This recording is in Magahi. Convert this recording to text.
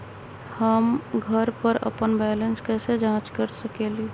हम घर पर अपन बैलेंस कैसे जाँच कर सकेली?